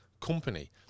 company